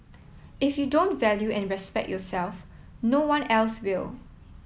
if you don't value and respect yourself no one else will